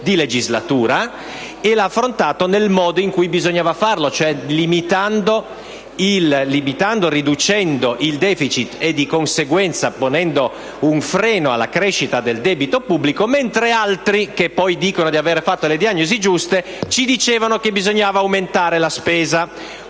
legislatura nel modo in cui bisognava farlo, cioè riducendo il deficit e, di conseguenza, ponendo un freno alla crescita del debito pubblico, mentre altri, che poi dicono di aver fatto le diagnosi giuste, ci dicevano di aumentare la spesa,